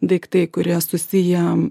daiktai kurie susiję